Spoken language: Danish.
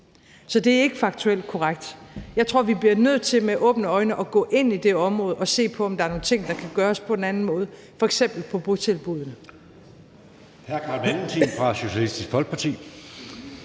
så det er ikke faktuelt korrekt. Jeg tror, vi bliver nødt til med åbne øjne at gå ind i det område og se på, om der er nogle ting, der kan gøres på en anden måde, f.eks. botilbuddene.